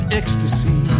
ecstasy